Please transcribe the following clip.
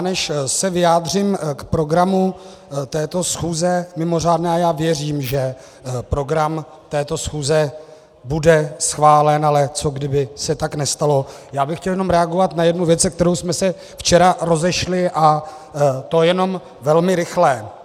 Než se vyjádřím k programu této mimořádné schůze, a já věřím, že program této schůze bude schválen, ale co kdyby se tak nestalo, chtěl bych jenom reagovat na jednu věc, se kterou jsme se včera rozešli, a to jenom velmi rychle.